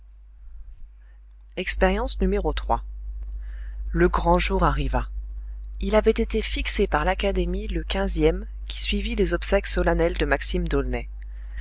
expérience no le grand jour arriva il avait été fixé par l'académie le quinzième qui suivit les obsèques solennelles de maxime